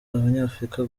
abanyafurika